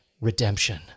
Redemption